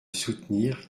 soutenir